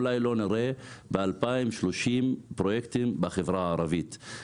אולי לא נראה פרויקטים בחברה הערבית עד